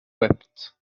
wept